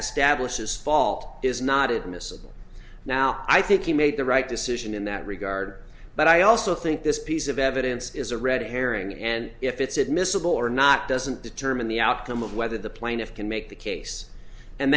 establishes fault is not admissible now i think he made the right decision in that regard but i also think this piece of evidence is a red herring and if it's admissible or not doesn't determine the outcome of whether the plaintiffs can make the case and